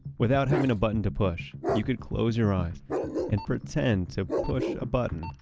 without having a button to push, you could close your eyes and pretend to push a button,